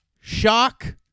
shock